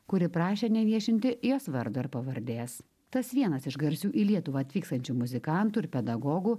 kuri prašė neviešinti jos vardo ir pavardės tas vienas iš garsių į lietuvą atvykstančių muzikantų ir pedagogų